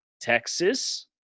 Texas